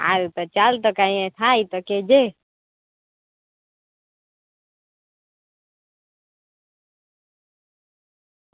આ રીતે ચાલ કંઈ તો થાય તો કહેજે